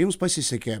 jums pasisekė